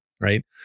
right